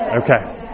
Okay